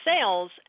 sales